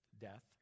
death